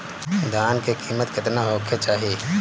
धान के किमत केतना होखे चाही?